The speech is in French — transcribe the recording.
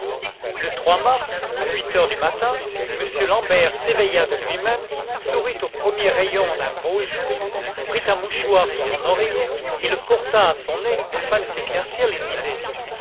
le mars à huit heures du matin m l'ambert s'éveilla de lui-même sourit aux premiers rayons d'un beau jour prit un mouchoir sous son oreiller et le porta à son nez afin de s'éclaircir les idées